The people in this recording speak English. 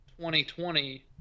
2020